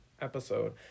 episode